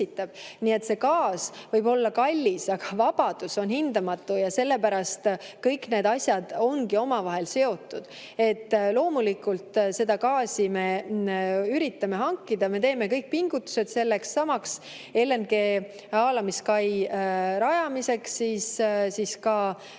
Jah, gaas võib olla kallis, aga vabadus on hindamatu, sellepärast kõik need asjad ongi omavahel seotud. Loomulikult, gaasi me üritame hankida ja me teeme kõik pingutused sellesama LNG haalamiskai rajamiseks Paldiskisse.